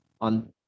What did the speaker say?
On